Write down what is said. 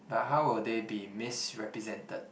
but how will they be misrepresented